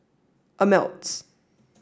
ameltz